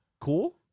Cool